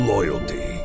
Loyalty